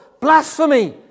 blasphemy